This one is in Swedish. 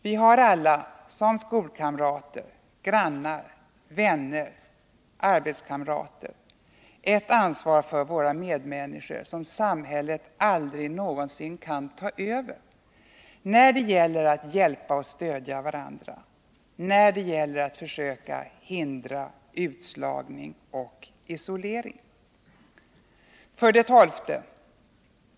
Vi har alla som skolkamrater, grannar, vänner eller arbetskamrater ett ansvar för våra medmänniskor som samhället aldrig kan ta över när det gäller att hjälpa och stödja varandra och när det gäller att försöka hindra utslagning och isolering. 12.